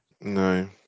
No